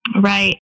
Right